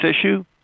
issue